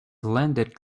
landed